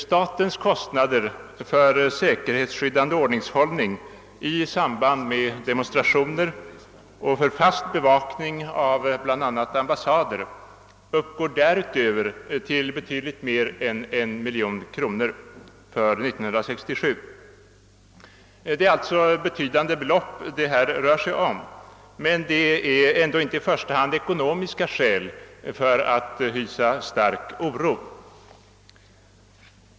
Statens kostnader för säkerhetsskyddande ordningshållning i samband med demonstrationer och kostnader för fast bevakning av bl.a. ambassader uppgår till mer än 1 miljon kronor för 1967. Det är alltså betydande belopp det rör sig om. Men det är ändå inte i första hand ekonomiska skäl för den starka oron.